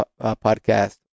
podcast